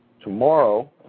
tomorrow